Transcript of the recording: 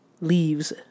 Leaves